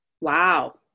Wow